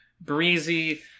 breezy